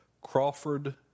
Crawford